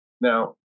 Now